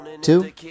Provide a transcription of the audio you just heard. Two